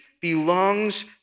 belongs